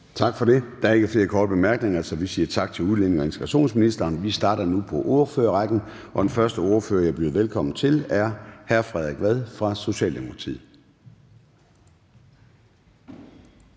Tak for det. Der er ikke flere korte bemærkninger, så vi siger tak til udlændinge- og integrationsministeren. Vi starter nu på ordførerrækken, og den første ordfører, jeg byder velkommen til, er hr. Frederik Vad fra Socialdemokratiet.